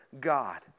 God